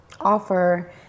offer